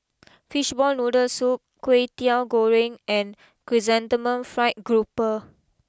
Fishball Noodle Soup Kwetiau Goreng and Chrysanthemum Fried grouper